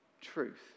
truth